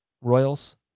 Royals